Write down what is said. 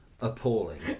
appalling